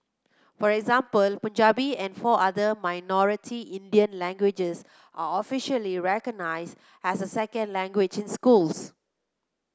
for example Punjabi and four other minority Indian languages are officially recognised as a second language in schools